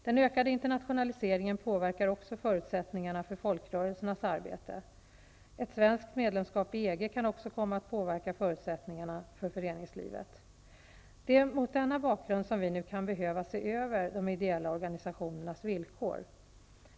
Den ökade internationaliseringen påverkar också förutsättningarna för folkrörelsernas arbete. Ett svenskt medlemskap i EG kan också komma att påverka förutsättningarna för föreningslivet. Det är mot denna bakgrund som vi nu kan behöva se över de ideella organisationernas villkor.